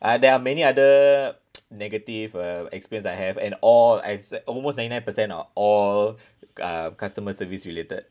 ah there are many other negative uh experience I have and all as almost ninety nine percent are all uh customer service related